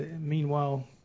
Meanwhile